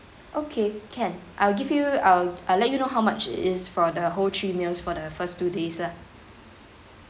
okay can I'll give you I'll I'll let you know how much it is for the whole three meals for the first two days lah